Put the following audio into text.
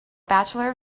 bachelor